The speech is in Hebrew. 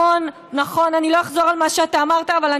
שר העבודה,